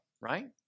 Right